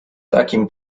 takim